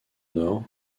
nord